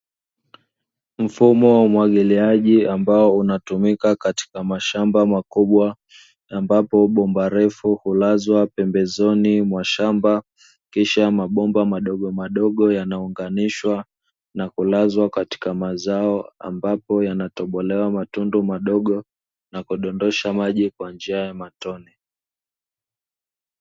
Mfumo wa umwagiliaji ambao unatumika katika mashamba makubwa ambapo bomba refu hulazwa pembezoni mwa shamba, kisha mabomba madogomadogo yanaunganishwa na kulazwa katika mazao ambapo yanatobolewa matundu madogo na kudondosha maji kwa njia ya matone.